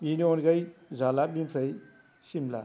बिनि अनगायै जाला बिनिफ्राय सिमला